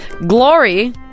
Glory